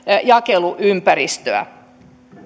jakeluympäristöä